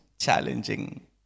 challenging